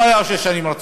לא היה שש שנים רצופות,